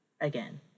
again